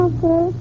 Okay